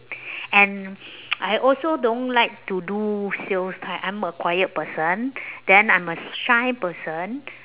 and I also don't like to do sales type I'm a quiet person then I'm a s~shy person